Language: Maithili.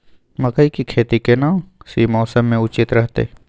मकई के खेती केना सी मौसम मे उचित रहतय?